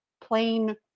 plain